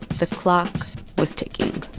the clock was ticking